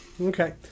Okay